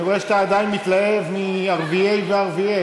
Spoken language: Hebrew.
אני רואה שאתה עדיין מתלהב מערביי וערביי.